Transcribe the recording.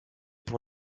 pour